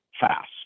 fast